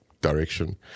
direction